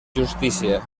justícia